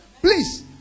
please